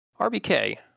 RBK